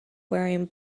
wearing